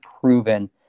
proven